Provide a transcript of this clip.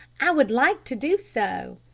i would like to do so.